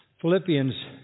Philippians